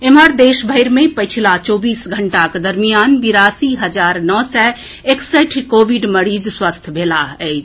एम्हर देश भरि मे पछिला चौबीस घंटाक दरमियान बिरासी हजार नओ सय एकसठि कोविड मरीज स्वस्थ भेलाह अछि